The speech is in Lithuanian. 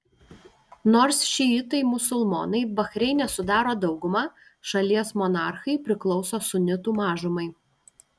nors šiitai musulmonai bahreine sudaro daugumą šalies monarchai priklauso sunitų mažumai